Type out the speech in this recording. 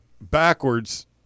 backwards